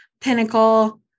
pinnacle